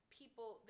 people –